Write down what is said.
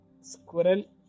Squirrel